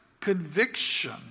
conviction